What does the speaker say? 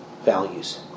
values